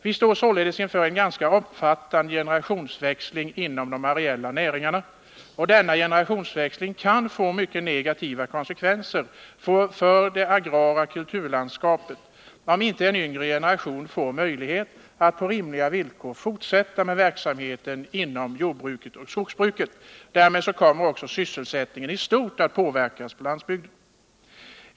Vi står således inför en ganska omfattande generationsväxling inom de areella näringarna, och denna generationsväxling kan få mycket negativa konsekvenser för det agrara kulturlandskapet om inte en yngre generation får möjlighet att på rimliga villkor fortsätta med verksamheten inom jordoch skogsbruket. Därmed kommer också sysselsättningen i stort på landsbygden att påverkas.